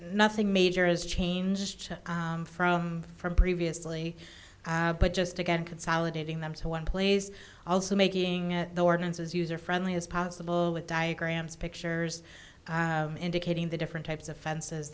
nothing major has changed from from previously but just again consolidating them to one plays also making the ordinances user friendly is possible with diagrams pictures indicating the different types of fences